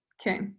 Okay